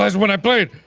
last one i played,